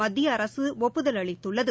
மத்திய அரசு ஒப்புதல் அளித்துள்ளது